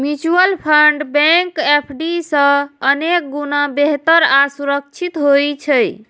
mutual fund bank FD सं अनेक गुणा बेहतर आ सुरक्षित होइ छै